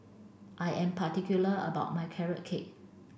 I am particular about my carrot cake